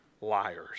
liars